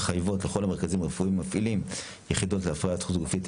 מחייבות לכל המרכזים הרפואיים המפעילים יחידות להפריה חוץ גופית,